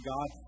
God